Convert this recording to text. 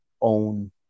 own